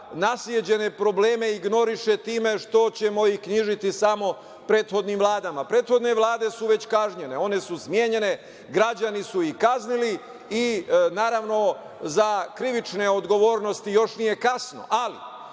nasleđene probleme ignoriše time što ćemo ih knjižiti samo prethodnim vladama. Prethodne vlade su već kažnjene. One su smenjene. Građani su ih kaznili i naravno za krivične odgovornosti još nije kasno,